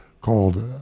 called